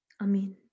Amen